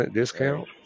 discount